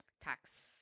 tax